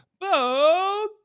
Bo